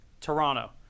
Toronto